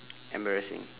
embarrassing